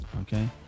okay